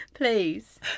Please